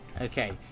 Okay